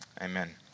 Amen